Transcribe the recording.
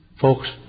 Folks